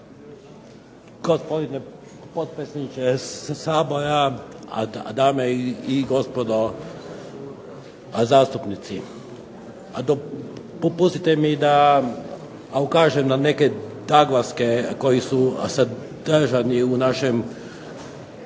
Gospodine potpredsjedniče Sabora, dame i gospodo zastupnici. Dopustite mi da ukažem na neke naglaske koji su sadržani u našem